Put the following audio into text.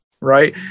right